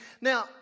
Now